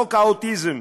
חוק האוטיסטים,